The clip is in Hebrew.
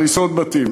הריסות בתים.